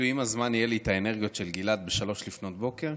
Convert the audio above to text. של גלעד ב-03:00?